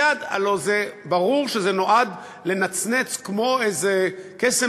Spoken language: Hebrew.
הלוא זה ברור שזה נועד לנצנץ כמו איזה קסם,